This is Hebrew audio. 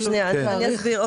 אני אסביר.